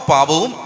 Pabu